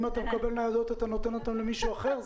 אם אתה מקבל ניידות אתה נותן אותן למישהו אחר?